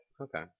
okay